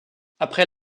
après